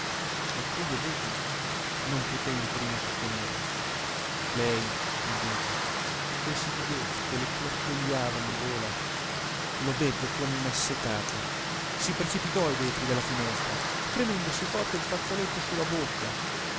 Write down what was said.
ma tullio buti non poté in prima sostenerlo lei invece coi singhiozzi che le gorgogliavano in gola lo bevve come un'assetata si precipitò ai vetri della finestra premendosi forte il fazzoletto su la bocca